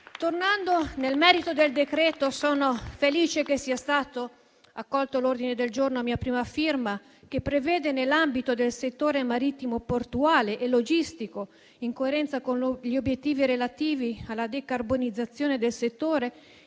Tornando al merito del decreto-legge in discussione, sono felice che sia stato accolto l'ordine del giorno a mia prima firma, che prevede nell'ambito del settore marittimo, portuale e logistico, in coerenza con gli obiettivi relativi alla decarbonizzazione del settore,